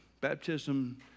baptism